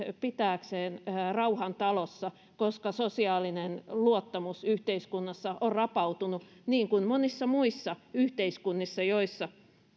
pitääkseen rauhan talossa koska sosiaalinen luottamus yhteiskunnassa on rapautunut niin kuin monissa muissa yhteiskunnissa joissa